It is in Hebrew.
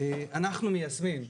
אנחנו מיישמים.